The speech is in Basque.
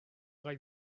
gai